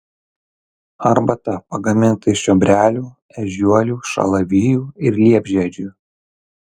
arbata pagaminta iš čiobrelių ežiuolių šalavijų ir liepžiedžių